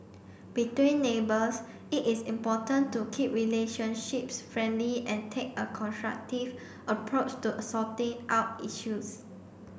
between neighbours it is important to keep relationships friendly and take a constructive approach to sorting out issues